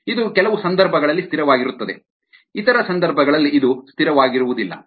ಇದು ಕೆಲವು ಸಂದರ್ಭಗಳಲ್ಲಿ ಸ್ಥಿರವಾಗಿರುತ್ತದೆ ಇತರ ಸಂದರ್ಭಗಳಲ್ಲಿ ಇದು ಸ್ಥಿರವಾಗಿರುವುದಿಲ್ಲ